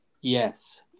Yes